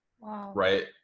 Right